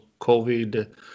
COVID